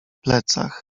plecach